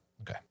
Okay